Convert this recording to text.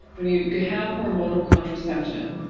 when you have hormonal contraception.